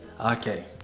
okay